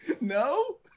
No